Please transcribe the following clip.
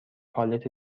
پالت